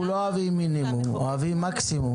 אנחנו לא אוהבים מינימום, אנחנו אוהבים מקסימום.